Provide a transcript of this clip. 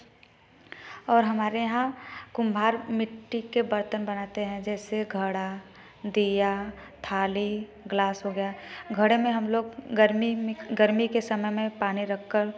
और हमारे यहाँ कुंभार मिट्टी के बर्तन बनाते हैं जैसे घड़ा दीया थाली गिलास हो गया घड़े में हम लोग गर्मी में गर्मी के समय में पानी रख कर